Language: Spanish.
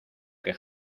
que